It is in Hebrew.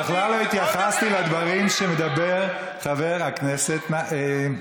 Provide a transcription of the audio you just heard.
בכלל לא התייחסתי לדברים שאומר חבר הכנסת בר.